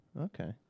Okay